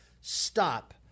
stop